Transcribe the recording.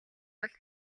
бол